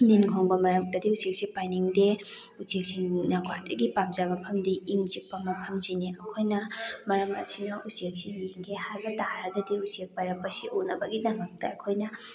ꯅꯤꯜ ꯈꯣꯡꯕ ꯃꯔꯛꯇꯗꯤ ꯎꯆꯦꯛꯁꯤ ꯄꯥꯏꯅꯤꯡꯗꯦ ꯎꯆꯦꯛꯁꯤꯡꯅ ꯈ꯭ꯋꯥꯏꯗꯒꯤ ꯄꯥꯝꯖꯕ ꯃꯐꯝꯗꯤ ꯏꯪ ꯆꯤꯛꯄ ꯃꯐꯝꯁꯤꯅꯤ ꯑꯩꯈꯣꯏꯅ ꯃꯔꯝ ꯑꯁꯤꯅ ꯎꯆꯦꯛꯁꯤ ꯌꯦꯡꯒꯦ ꯍꯥꯏꯕ ꯇꯥꯔꯒꯗꯤ ꯎꯆꯦꯛ ꯄꯥꯏꯔꯛꯄꯁꯤ ꯎꯅꯕꯒꯤꯗꯃꯛꯇ ꯑꯩꯈꯣꯏꯅ